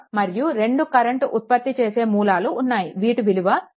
మరియు రెండు కరెంట్ ఉత్పత్తి చేసే మూలాలు ఉన్నాయి వీటి విలువ 2